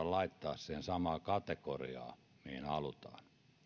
laittaa siihen samaan kategoriaan mihin halutaan